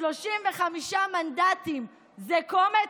35 מנדטים זה קומץ?